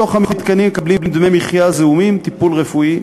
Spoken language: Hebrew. בתוך המתקנים מקבלים דמי מחיה זעומים וטיפול רפואי.